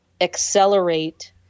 accelerate